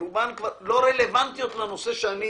רובן לא רלוונטיות לנושא שאני